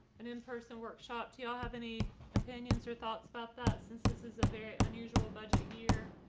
an in person workshop. do y'all have any opinions or thoughts about that, since this is a very unusual budget year,